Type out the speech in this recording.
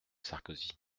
sarkozy